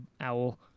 owl